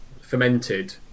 fermented